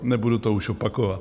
Nebudu to už opakovat.